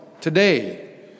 today